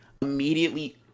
immediately